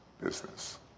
business